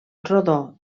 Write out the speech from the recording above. rodó